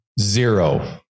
Zero